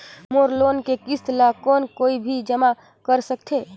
मोर loan के किस्त ल कौन कोई भी जमा कर सकथे?